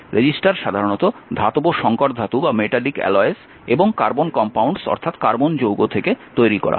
register সাধারণত ধাতব সংকর ধাতু এবং কার্বন যৌগ থেকে তৈরি করা হয়